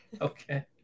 Okay